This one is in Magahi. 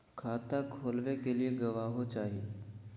खाता खोलाबे के लिए गवाहों चाही?